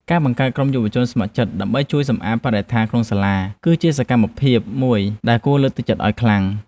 ការបង្កើតក្រុមយុវជនស្ម័គ្រចិត្តដើម្បីជួយសម្អាតបរិស្ថានក្នុងសាលា គឺជាសកម្មភាពមួយដែលគួរលើកទឹកចិត្តឱ្យខ្លាំង។